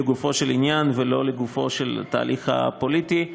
לגופו של עניין ולא לגופו של התהליך הפוליטי.